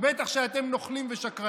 ובטח שאתם נוכלים ושקרנים.